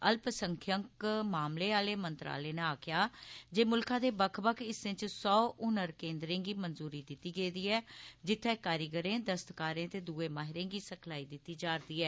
अल्पसंख्यक मामलें आले मंत्रालय नै आक्खेआ जे मुलखा दे बक्ख बक्ख हिस्सें च सौ हुनर केन्द्रें गी मंजूरी दित्ती गेदी ऐ जित्थें कारीगरें दस्तकारें ते दूए माहिरें गी सखलाई दित्ती जा'रदी ऐ